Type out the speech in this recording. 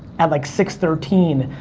at, like, six thirteen,